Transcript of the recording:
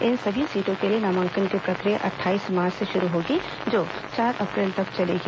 इन सभी सीटों के लिए नामांकन की प्रक्रिया अट्ठाईस मार्च से शुरू होगी जो चार अप्रैल तक चलेगी